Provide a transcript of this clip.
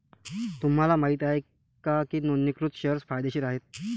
तुम्हाला माहित आहे का की नोंदणीकृत शेअर्स फायदेशीर आहेत?